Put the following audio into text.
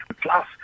Plus